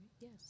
Yes